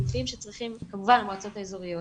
כמובן המועצות האזוריות,